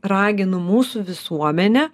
raginu mūsų visuomenę